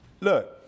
look